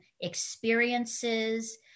experiences